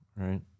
right